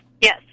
yes